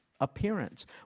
appearance